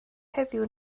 heddiw